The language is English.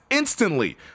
Instantly